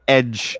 Edge